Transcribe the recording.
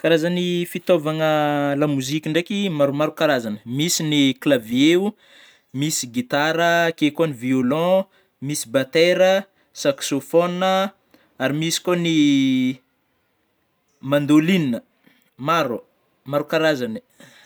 karazagny fitaovagna la moziky ndraiky, maromaro karazagny misy ny klavieo, misy gitara ,akeo koa ny violan ,misy batera, saksofôna ary misy koa ny mandôlina maro maro karazagna e.